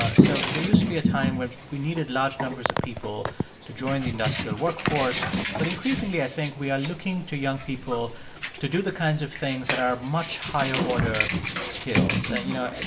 ah so there used to be a time when we needed large numbers of people to join the industrial workforce, but increasingly i think we are looking to young people to do the kinds of things that are much higher-order skills and you know,